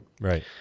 Right